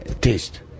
taste